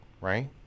right